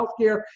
healthcare